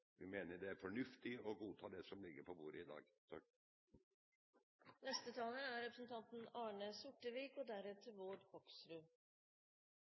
Det mener vi ikke. Vi mener det er fornuftig å godta det som ligger på bordet i dag. Vi har registrert bekymring fra partiet Høyre omkring bruken av ÅDT, og